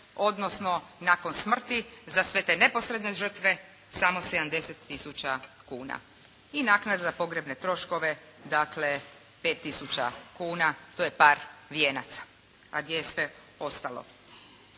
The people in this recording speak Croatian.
odnosno nakon smrti za sve te neposredne žrtve samo 70 tisuća kuna. I naknada za pogrebne troškove dakle, 5 tisuća kuna, to je par vijenaca. A gdje je sve ostalo.